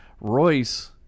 Royce